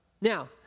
Now